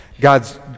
God's